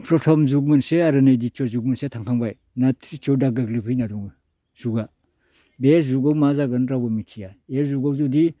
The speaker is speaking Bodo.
फ्रथम जुग मोनसे आर नै दिथिय' जुगमोनसे थांबाय दा थ्रिथिय' दा गोग्लैफैना दङो जुगा बे जुगाव मा जागोन रावबो मिथिया इ जुगाव जुदि